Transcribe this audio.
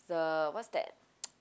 the what's that